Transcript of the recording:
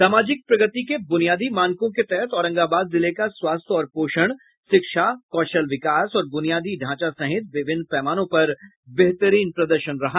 सामाजिक प्रगति के ब्रनियादी मानको के तहत औरंगाबाद जिले का स्वास्थ्य और पोषण शिक्षा कौशल विकास और ब्रनियादी ढांचा सहित विभिन्न पैमानों पर बेहतरीन प्रदर्शन रहा